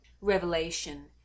Revelation